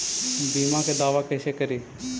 बीमा के दावा कैसे करी?